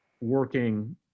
working –